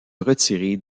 retirer